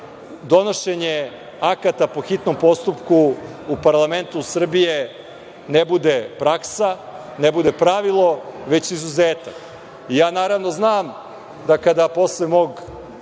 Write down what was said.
donošenje akata po hitnom postupku u parlamentu Srbije ne bude praksa, ne bude pravilo, već izuzetak. Naravno, znam da kada posle mog